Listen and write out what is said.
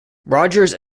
rogers